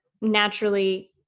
naturally